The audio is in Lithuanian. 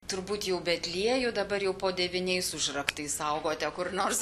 turbūt jau betliejų dabar jau po devyniais užraktais saugote kur nors